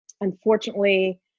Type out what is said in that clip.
Unfortunately